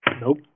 Nope